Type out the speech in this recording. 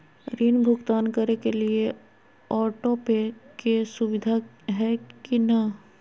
ऋण भुगतान करे के लिए ऑटोपे के सुविधा है की न?